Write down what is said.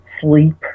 sleep